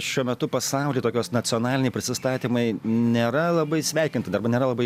šiuo metu pasauly tokios nacionaliniai prisistatymai nėra labai sveikinti arba nėra labai